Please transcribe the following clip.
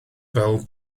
fel